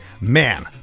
man